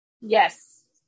Yes